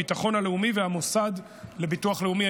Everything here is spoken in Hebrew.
הביטחון הלאומי והמוסד לביטוח לאומי.